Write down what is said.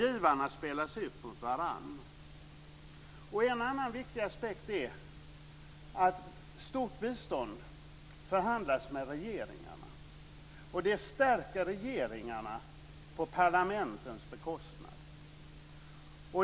Givarna spelas ut mot varandra.